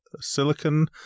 silicon